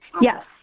Yes